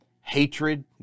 hatred